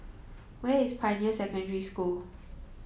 where is Pioneer Secondary School